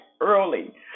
early